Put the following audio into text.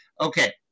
okay